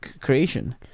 creation